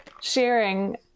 sharing